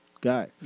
guy